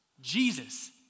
Jesus